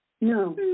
No